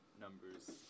numbers